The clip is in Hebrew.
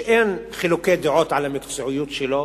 שאין חילוקי דעות על המקצועיות שלו,